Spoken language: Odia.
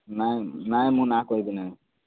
ନାଇଁ ନାଇଁ ମୁଁ ନାଁ କହିବି ନାହିଁ